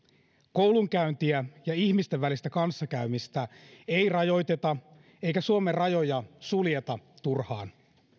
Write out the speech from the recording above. koulunkäyntiä ja ihmisten välistä kanssakäymistä ei rajoiteta eikä suomen rajoja suljeta turhaan